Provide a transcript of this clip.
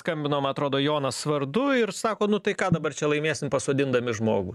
skambino ma atrodo jonas vardu ir sako nu tai ką dabar čia laimėsim pasodindami žmogų